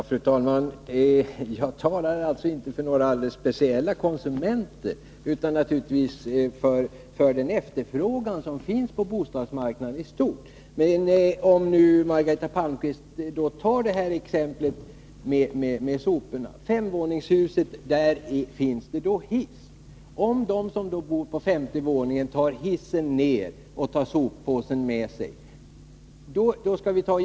Fru talman! Jag talar inte för några alldeles speciella konsumenter utan naturligtvis för den efterfrågan som finns på bostadsmarknaden i stort. Låt oss ta exemplet med soporna. I femvåningshuset finns det hiss. De som bor på femte våningen kan ta hissen ner och ta soporna med sig.